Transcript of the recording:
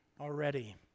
already